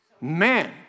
Man